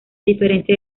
diferencia